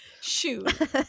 Shoot